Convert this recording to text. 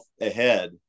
ahead